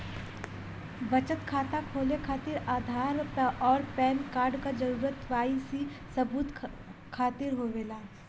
बचत खाता खोले खातिर आधार और पैनकार्ड क जरूरत के वाइ सी सबूत खातिर होवेला